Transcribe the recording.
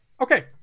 Okay